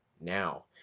now